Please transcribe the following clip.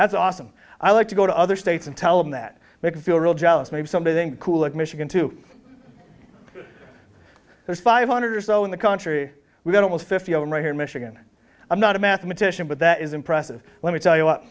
that's awesome i like to go to other states and tell them that they can feel real jealous me of something cool like michigan to there's five hundred or so in the country we got it was fifty one right here in michigan i'm not a mathematician but that is impressive let me tell you what